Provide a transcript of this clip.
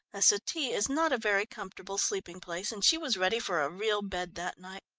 a settee is not a very comfortable sleeping place, and she was ready for a real bed that night.